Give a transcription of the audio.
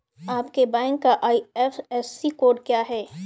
आपके बैंक का IFSC code क्या है?